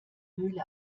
höhle